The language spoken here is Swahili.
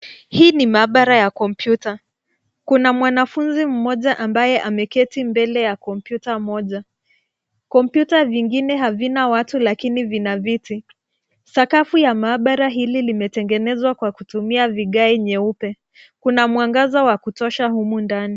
Hii ni maabara ya kompyuta. Kuna mwanafunzi mmoja ambaye ameketi mbele ya kompyuta moja. Kompyuta vingine havina watu lakini vina viti. Sakafu ya maaabara hili limetengenezwa kwa kutumia vigae nyeupe. Kuna mwangaza wa kutosha humu ndani.